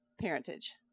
parentage